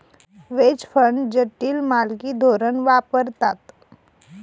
veg fund जटिल मालकी धोरण वापरतात